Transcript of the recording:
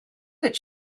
that